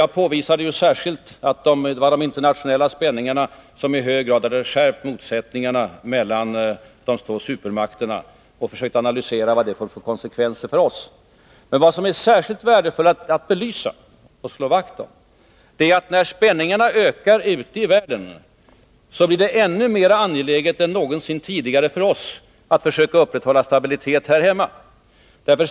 Jag påvisade ju särskilt att det var de internationella spänningarna som i hög grad hade skärpt motsättningarna mellan de två supermakterna, och jag försökte analysera vad det får för konsekvenser för oss. Men vad som är värdefullt att belysa är att när spänningarna ökar ute i världen, så blir det ännu mera angeläget än någonsin tidigare för oss att försöka upprätthålla stabilitet i vårt närområde.